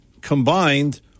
combined